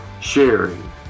sharing